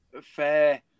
fair